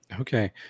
Okay